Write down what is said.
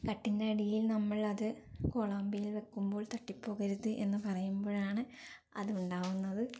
കട്ടിലിനടിയിൽ നമ്മളത് കൊളാമ്പിയിൽ വയ്ക്കുമ്പോൾ തട്ടി പോകരുത് എന്ന് പറയുമ്പോഴാണ് അതുണ്ടാകുന്നത്